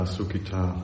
Sukita